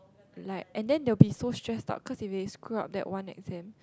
like and then they will be so stress up cause if they screw up that one exam